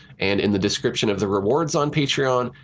and in the description of the rewards on patreon,